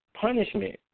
punishment